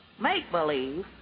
Make-believe